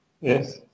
Yes